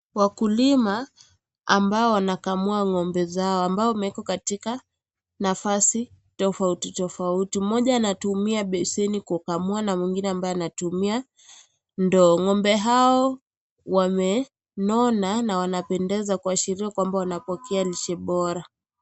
Wakulima ambao wanakamua ng'ombe zao, ambao wamewekwa katika nafasi tofauti tofauti, mmoja anatumiwa baseni kukamua na mwingine ambaye anatumia ndoo. Ng'ombe hao wamenona na wanapendeza kuashiria kwamba wanapokea lishe bora